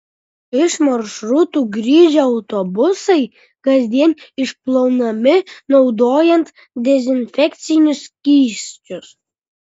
iš maršrutų grįžę autobusai kasdien išplaunami naudojant dezinfekcinius skysčius